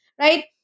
right